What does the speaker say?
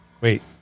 Wait